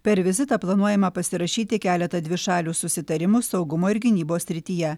per vizitą planuojama pasirašyti keletą dvišalių susitarimų saugumo ir gynybos srityje